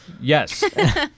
Yes